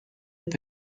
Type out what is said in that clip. peut